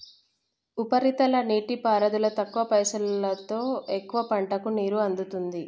ఉపరితల నీటిపారుదల తక్కువ పైసలోతో ఎక్కువ పంటలకు నీరు అందుతుంది